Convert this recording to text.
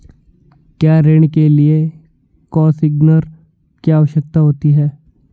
क्या ऋण के लिए कोसिग्नर की आवश्यकता होती है?